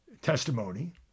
Testimony